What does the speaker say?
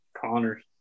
Connor